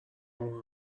اون